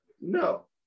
No